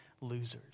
losers